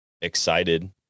excited